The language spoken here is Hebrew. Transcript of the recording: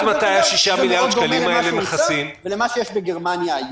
דבר שהוא מאוד דומה למה שהוצע ולמה שיש היום בגרמניה.